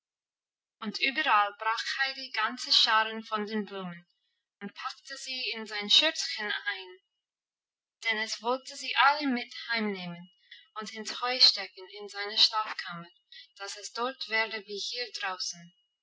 und überall brach heidi ganze scharen von den blumen und packte sie in sein schürzchen ein denn es wollte sie alle mit heimnehmen und ins heu stecken in seiner schlafkammer dass es dort werde wie hier draußen